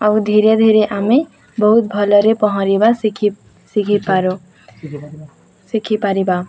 ଆଉ ଧୀରେ ଧୀରେ ଆମେ ବହୁତ ଭଲରେ ପହଁରିବା ଶିଖିପାରୁ ଶିଖିପାରିବା